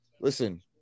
Listen